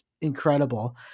incredible